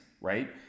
right